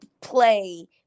play